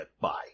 bye